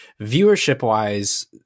viewership-wise